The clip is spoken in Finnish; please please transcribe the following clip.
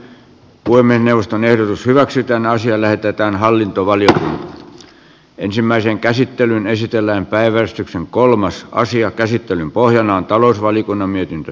voimme neuvoston ehdotus hyväksytään naisia lähetetään hallintovaliota ensimmäisen käsittelyn esitellään päivystyksen kolmas aasian käsittelyn pohjana on talousvaliokunnan mietintö